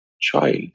child